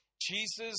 Jesus